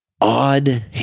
odd